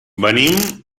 venim